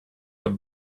have